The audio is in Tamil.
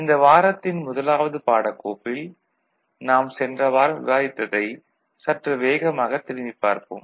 இந்த வாரத்தின் முதலாவது பாடக்கோப்பில் நாம் சென்ற வாரம் விவாதித்ததைச் சற்று வேகமாக திரும்பிப் பார்ப்போம்